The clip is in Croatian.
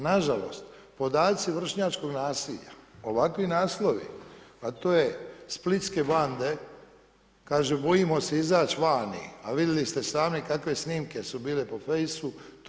Nažalost, podaci vršnjačkog nasilja, ovakvi naslovi, a to je: splitske bande, kažu, bojimo se izać vani, a vidjeli ste sami kakve snimke su bile po Face-u.